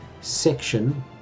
section